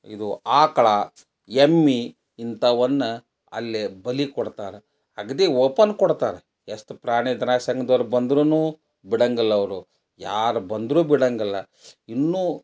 ಇದು ಆಕಳು ಎಮ್ಮೆ ಇಂಥವನ್ನು ಅಲ್ಲಿ ಬಲಿ ಕೊಡ್ತಾರೆ ಅಗ್ದಿ ಓಪನ್ ಕೊಡ್ತಾರೆ ಎಷ್ಟು ಪ್ರಾಣಿದಯಾ ಸಂಘದವ್ರು ಬಂದ್ರೂ ಬಿಡೊಂಗಿಲ್ಲ ಅವರು ಯಾರು ಬಂದರೂ ಬಿಡೊಂಗಿಲ್ಲ ಇನ್ನೂ